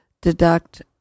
deduct